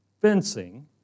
fencing